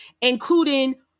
including